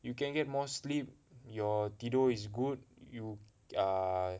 you can get more sleep your tidur is good you err